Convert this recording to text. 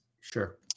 sure